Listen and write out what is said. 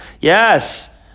Yes